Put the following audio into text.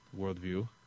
worldview